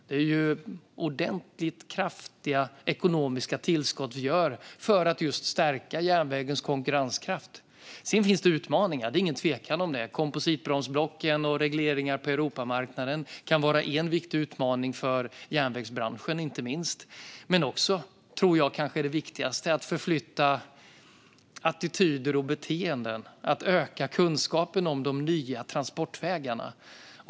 Det är ordentligt kraftiga ekonomiska tillskott vi gör för att just stärka järnvägens konkurrenskraft. Sedan finns det utmaningar, inget tvivel om det. Kompositbromsblock och regleringar på Europamarknaden kan vara en viktig utmaning för järnvägsbranschen. Men det viktigaste tror jag är att förändra attityder och beteenden och att öka kunskapen om de nya transportvägarna.